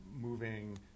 moving